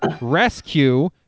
Rescue